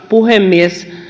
puhemies